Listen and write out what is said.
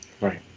Right